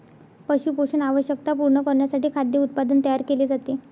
पशु पोषण आवश्यकता पूर्ण करण्यासाठी खाद्य उत्पादन तयार केले जाते